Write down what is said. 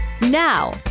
now